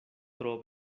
tro